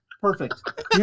Perfect